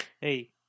Hey